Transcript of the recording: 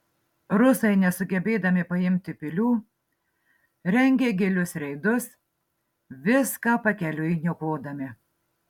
rusai nesugebėdami paimti pilių rengė gilius reidus viską pakeliui niokodami